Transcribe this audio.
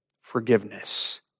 Forgiveness